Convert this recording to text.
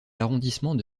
l’arrondissement